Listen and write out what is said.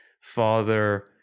father